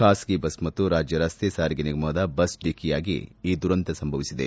ಖಾಸಗಿ ಬಸ್ ಮತ್ತು ರಾಜ್ಯ ರಸ್ತೆ ಸಾರಿಗೆ ನಿಗಮದ ಬಸ್ ಡಿಕಿಯಾಗಿ ಈ ದುರಂತ ಸಂಭವಿಸಿದೆ